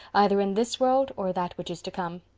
either in this world or that which is to come.